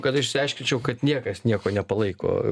kad išsiaiškinčiau kad niekas nieko nepalaiko